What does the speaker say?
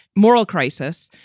moral crisis.